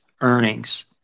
earnings